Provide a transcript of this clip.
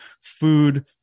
food